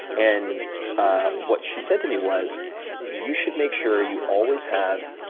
and what she said to me was you should make sure you always have